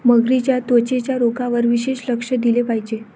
मगरींच्या त्वचेच्या रोगांवर विशेष लक्ष दिले पाहिजे